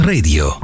Radio